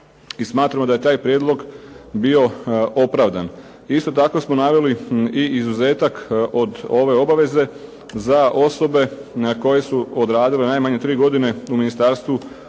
smatramo da je taj prijedlog bio opravdan. Isto tako smo naveli i izuzetak od ove obaveze za osobe na koje su odradile najmanje 3 godine u Ministarstvu